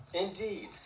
Indeed